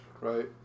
right